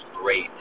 great